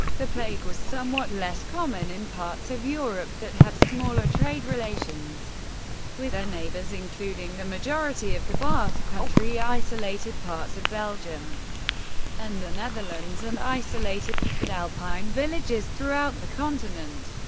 the plague was somewhat less common in parts of europe that had smaller trade relations with their neighbours, including the majority of the basque country, isolated parts of belgium and the netherlands, and isolated alpine villages throughout the continent.